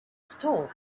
stall